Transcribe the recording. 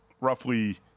roughly